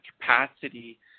capacity